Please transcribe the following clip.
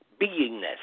beingness